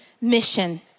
mission